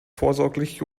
vorsorglich